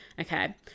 Okay